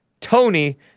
Tony